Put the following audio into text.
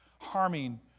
harming